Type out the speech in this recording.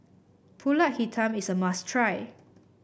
pulut hitam is a must try